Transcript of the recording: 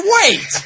Wait